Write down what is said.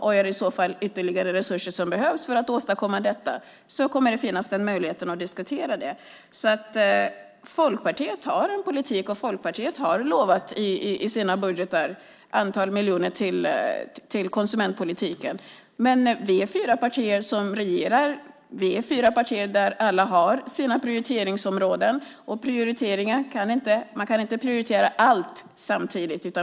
Behövs i så fall ytterligare resurser för att åstadkomma detta kommer det att finnas möjlighet att diskutera detta. Folkpartiet har alltså en politik, och Folkpartiet har lovat ett antal miljoner till konsumentpolitiken i sina budgetar, men vi är fyra partier som regerar. Alla har sina prioriteringsområden, och man kan inte prioritera allt samtidigt.